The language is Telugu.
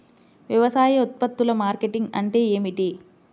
వ్యవసాయ ఉత్పత్తుల మార్కెటింగ్ అంటే ఏమిటి?